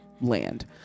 land